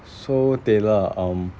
so taylor um